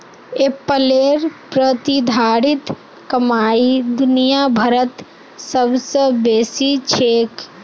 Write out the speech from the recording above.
एप्पलेर प्रतिधारित कमाई दुनिया भरत सबस बेसी छेक